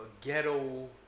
ghetto